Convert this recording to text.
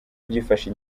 byifashe